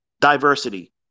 Diversity